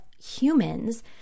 humans